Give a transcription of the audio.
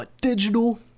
digital